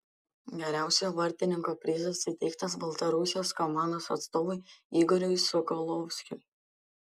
geriausiojo vartininko prizas įteiktas baltarusijos komandos atstovui igoriui sokolovskiui